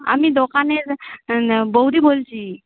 আমি দোকানের বৌদি বলছি